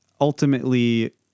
ultimately